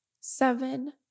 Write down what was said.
Seven